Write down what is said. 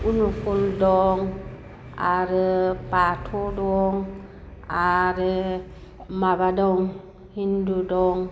अनुकुल दं आरो बाथौ दं आरो माबा दं हिन्दु दं